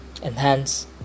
Enhance